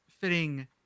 fitting